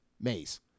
maze